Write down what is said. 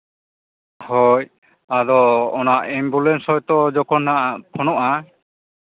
ᱦᱳᱭ ᱟᱫᱚ ᱚᱱᱟ ᱮᱢᱵᱩᱞᱮᱱᱥ ᱦᱚᱭᱛᱳ ᱡᱚᱠᱷᱚᱱ ᱦᱟᱸᱜ ᱯᱷᱳᱱᱚᱜᱼᱟ